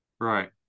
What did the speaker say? Right